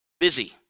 busy